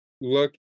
look